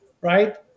right